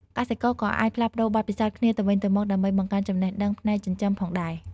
កសិករក៏អាចផ្លាស់ប្តូរបទពិសោធន៍គ្នាទៅវិញទៅមកដើម្បីបង្កើនចំណេះដឹងផ្នែកចិញ្ចឹមផងដែរ។